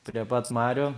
prie pat marių